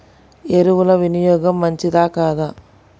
ఎరువుల వినియోగం మంచిదా కాదా?